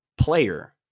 player